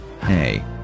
Hey